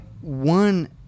one